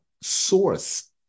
source